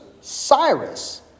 Cyrus